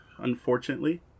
unfortunately